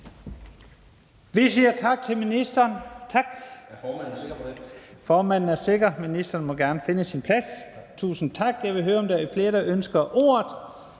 Vi siger tak til ministeren,